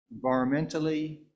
Environmentally